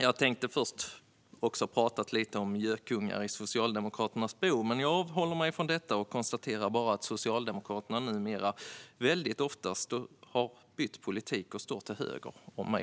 Jag hade först tänkt tala lite om gökungar i Socialdemokraternas bo, men jag avhåller mig från det och konstaterar att Socialdemokraterna numera ofta byter politik och står till höger om mig.